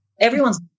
Everyone's